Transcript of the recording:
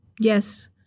Yes